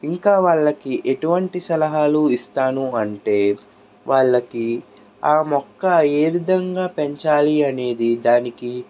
ఇంకా వాళ్ళకి ఎటువంటి సలహాలు ఇస్తాను అంటే వాళ్ళకి ఆ మొక్క ఏ విధంగా పెంచాలి అనేది దానికి